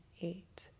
eight